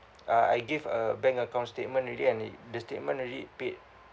uh I gave a bank account statement already and it the statement already paid